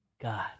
God